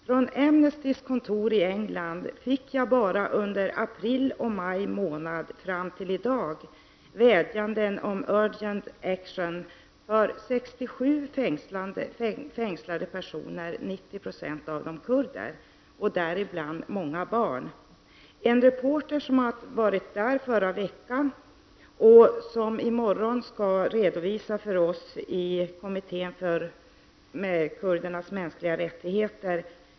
Från Amnestys kontor i England fick jag under enbart april och maj månader fram till i dag vädjan om ”urgent action” för 67 fängslade personer; 90 Zo av dem är kurder, och av dessa är många barn. En reporter som varit i Turkiet i förra veckan skall i morgon göra en redovisning för oss i kommittén för kurdernas mänskliga rättigheter.